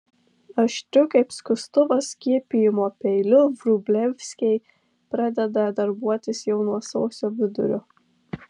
aštriu kaip skustuvas skiepijimo peiliu vrublevskiai pradeda darbuotis jau nuo sausio vidurio